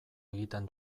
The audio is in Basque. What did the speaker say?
egiten